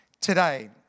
today